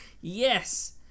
Yes